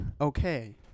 Okay